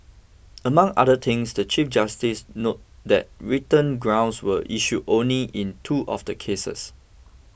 among other things the Chief Justice noted that written grounds were issued only in two of the cases